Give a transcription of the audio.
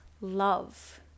love